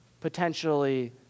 potentially